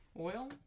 Oil